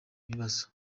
bibazo